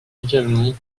également